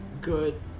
good